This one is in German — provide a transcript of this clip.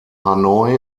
hanoi